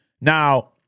Now